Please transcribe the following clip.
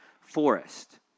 forest